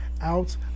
out